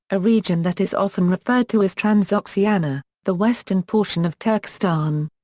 a region that is often referred to as transoxiana, the western portion of turkestan.